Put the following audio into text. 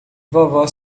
vovó